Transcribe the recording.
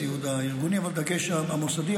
הסיעוד המוסדי,